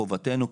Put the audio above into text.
חובתנו,